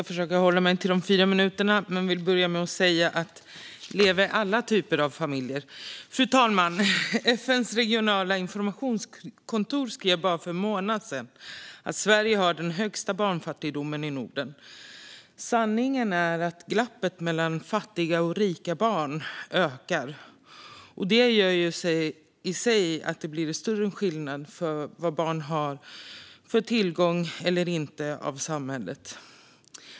Fru talman! Leve alla typer av familjer! Fru talman! FN:s regionala informationskontor skrev för en månad sedan att Sverige har den högsta barnfattigdomen i Norden. Sanningen är att glappet mellan fattiga och rika barn ökar. Det gör i sig att det blir större skillnad i vad barn har för tillgång eller inte till samhället.